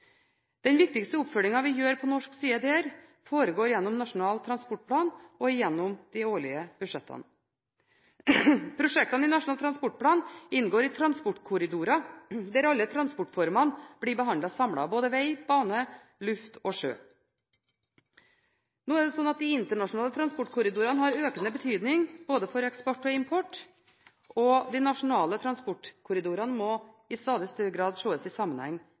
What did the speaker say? Den viktigste oppfølgingen vi der gjør på norsk side, foregår gjennom Nasjonal transportplan og gjennom de årlige budsjettene. Prosjektene i Nasjonal transportplan inngår i transportkorridorer, der alle transportformene blir behandlet samlet, både veg, bane, luft og sjø. De internasjonale transportkorridorene har økende betydning både for eksport og import, og de nasjonale transportkorridorene må i stadig større grad ses i sammenheng